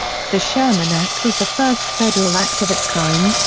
the sherman act was the first federal act of its kind,